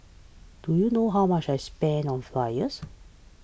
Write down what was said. do you know how much I spent on flyers